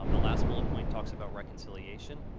um the last bullet point talks about reconciliation.